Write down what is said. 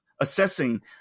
assessing